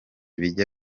bijya